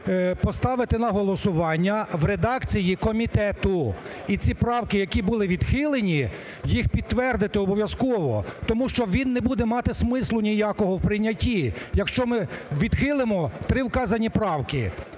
поставити на голосування в редакції комітету, і ці правки, які були відхилені, їх підтвердити обов'язково, тому що він не буде мати смислу ніякого в прийнятті, якщо ми відхилимо три вказані правки.